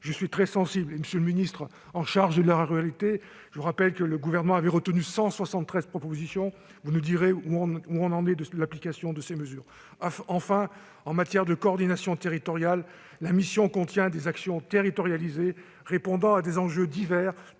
vous, très sensible. Monsieur le secrétaire d'État, je vous rappelle que le Gouvernement avait retenu 173 propositions : vous nous direz où nous en sommes de l'application de ces mesures. Enfin, en matière de coordination territoriale, la mission comporte des actions territorialisées, qui répondent à des enjeux divers